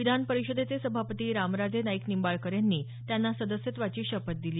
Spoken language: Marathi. विधानपरिषदेचे सभापती रामराजे नाईक निंबाळकर यांनी त्यांना सदस्यत्वाची शपथ दिली